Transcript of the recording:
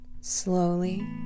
Slowly